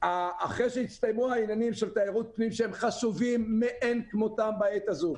אחרי שיסתיימו העניינים של תיירות פנים שהם חשובים מאין כמותם בעת הזאת.